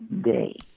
day